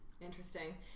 Interesting